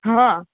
હા